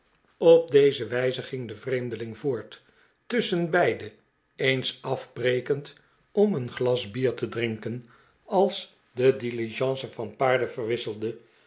op deze wijze ging de vreemdeling voort tusschenbeide eens afbrekend om een glas bier te drinken als de diligence van paarden verwisselde